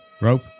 rope